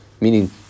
Meaning